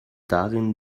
darin